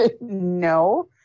no